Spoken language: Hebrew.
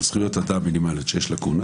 על זכויות אדם מינימליות שיש לקונה,